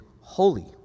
holy